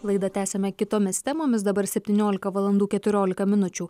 laida tęsiama kitomis temomis dabarseptyniolika valandų keturiolika minučių